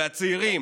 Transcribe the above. והצעירים,